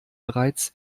bereits